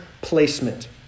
placement